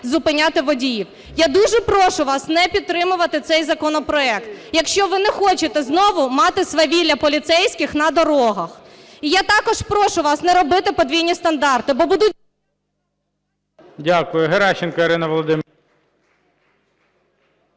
зупиняти водіїв. Я дуже прошу вас не підтримувати цей законопроект, якщо ви не хочете знову мати свавілля поліцейських на дорогах. І я також прошу вас не робити подвійні стандарти, бо будуть… ГОЛОВУЮЧИЙ. Дякую. Геращенко Ірина Володимирівна.